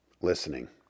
listening